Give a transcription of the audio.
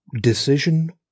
decision